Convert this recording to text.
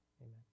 Amen